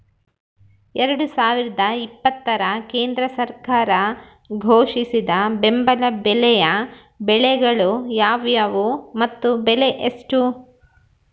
ಎರಡು ಸಾವಿರದ ಇಪ್ಪತ್ತರ ಕೇಂದ್ರ ಸರ್ಕಾರ ಘೋಷಿಸಿದ ಬೆಂಬಲ ಬೆಲೆಯ ಬೆಳೆಗಳು ಯಾವುವು ಮತ್ತು ಬೆಲೆ ಎಷ್ಟು?